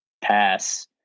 pass